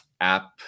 app